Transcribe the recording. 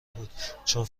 بود، چون